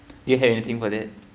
you have anything for that